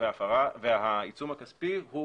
העיצום הכספי,